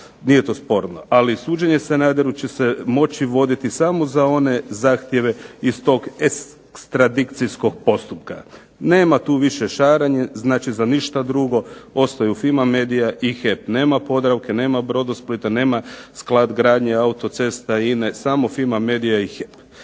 nije to sporno, brzo. Ali suđenje Sanaderu će se moći voditi samo za one zahtjeve iz toga ekstradicijskog postupka. Nema tu više šaranja, znači za ništa drugo. Ostanu FIMA Medija i HEP. Nema POdravke, nema Brodosplita, nema sklad gradnje autocesta, INA-E. Samo FIMA Medija i HEP.